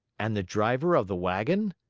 and the driver of the wagon?